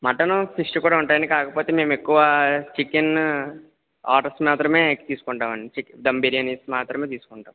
mutton fish కూడా ఉంటాయి అండి కాకపోతే మేము ఎక్కువ చికెన్ ఆర్డర్స్ మాత్రమే ఎక్కువ తీసుకుంటాము అండి చిక్ దమ్ బిర్యానీస్ మాత్రమే తీసుకుంటాము